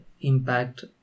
impact